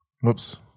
Whoops